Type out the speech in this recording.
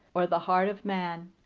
or the heart of man,